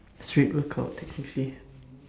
straight workout technically